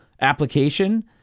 application